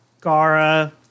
Gara